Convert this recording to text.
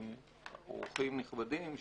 אורחים נכבדים,